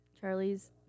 charlie's